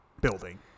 building